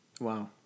Wow